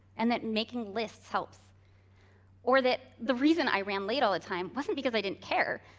and that making lists helps or that the reason i ran late all the time wasn't because i didn't care,